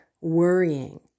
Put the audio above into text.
worrying